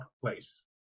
place